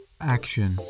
Action